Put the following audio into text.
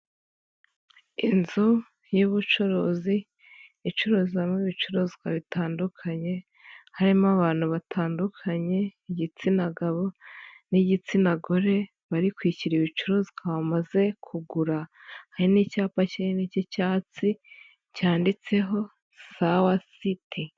Inzu y'ubucuruzi icuruzamo ibicuruzwa bitandukanye, harimo abantu batandukanye, igitsina gabo n'igitsina gore, bari kwishyura ibicuruzwa bamaze kugura. Hari n'icyapa kinini cy'icyatsi cyanditseho sawa siti.